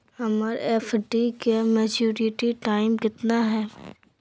हमर एफ.डी के maturity time कितना है?